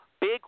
Big